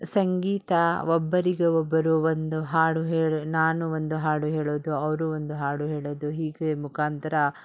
ಸಂಗೀತ ಒಬ್ಬರಿಗೆ ಒಬ್ಬರು ಒಂದು ಹಾಡು ಹೇಳಿ ನಾನು ಒಂದು ಹಾಡು ಹೇಳೋದು ಅವರೂ ಒಂದು ಹಾಡು ಹೇಳೋದು ಹೀಗೆ ಮುಖಾಂತ್ರ